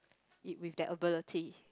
if with that ability